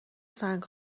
سنگ